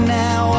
now